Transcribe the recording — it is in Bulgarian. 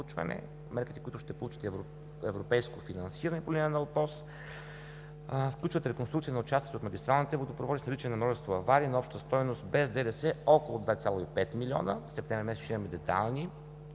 Мерките, които ще получат европейско финансиране по линия на ОПОС, включват реконструкция на участъци от магистралните водопроводи с наличие на множество аварии на обща стойност без ДДС около 2,5 милиона. Септември месец ще имаме детайлни